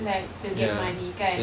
like to get money kan